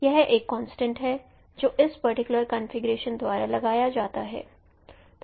यह एक कॉन्स्टेंट है जो इस पर्टिकुलर कॉन्फ़िगरेशन द्वारा लगाया जाता है